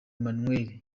emmanuel